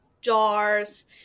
jars